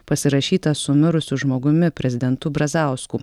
pasirašyta su mirusiu žmogumi prezidentu brazausku